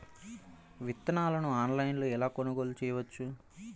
విత్తనాలను ఆన్లైనులో ఎలా కొనుగోలు చేయవచ్చు?